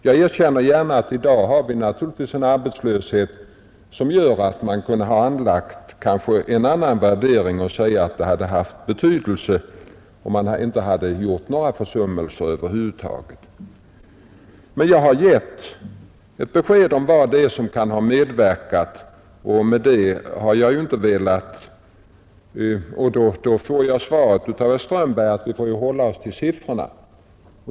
Jag tillägger gärna att vi i dag har en arbetslöshet som gör att man kanske kunde ha anlagt en annan värdering. Men jag har givit besked om vad det är som kan ha orsakat utvecklingen. Då får jag svaret av herr Strömberg att vi får hålla oss till siffrorna.